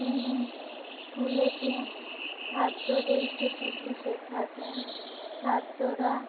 তিনি স্কুলেতে ছাত্রদেরকে পিটি শেখাতেন ছাত্ররা